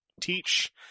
teach